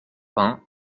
pin